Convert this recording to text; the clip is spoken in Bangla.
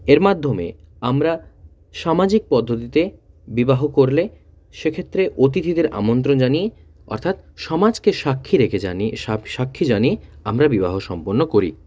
এর মাধ্যমে আমরা সামাজিক পদ্ধতিতে বিবাহ করলে সেক্ষেত্রে অতিথিদের আমন্ত্রণ জানিয়ে অর্থাৎ সমাজকে সাক্ষী রেখে জানিয়ে সাব সাক্ষী জানিয়ে আমরা বিবাহ সম্পন্ন করি